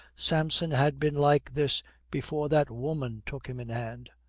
samson had been like this before that woman took him in hand.